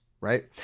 right